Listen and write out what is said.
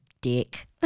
dick